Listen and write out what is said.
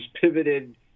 pivoted